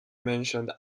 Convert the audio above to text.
mentioned